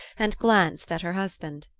and glanced at her husband.